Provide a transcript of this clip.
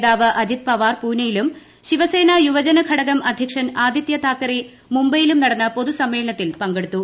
നേതാവ് അജിത് പവാർ പൂനെയിലും ശിവസേന യൂവജന ഘടകം അധ്യക്ഷൻ ആദിത്യതാക്കറെ മുബൈയിലും നടന്ന പൊതുസമ്മേളനത്തിൽ പങ്കെടുത്തു